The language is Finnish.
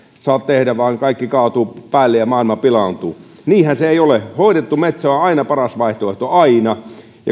saa tehdä vaan kaikki kaatuu päälle ja maailma pilaantuu niinhän se ei ole hoidettu metsä on aina paras vaihtoehto aina